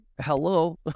hello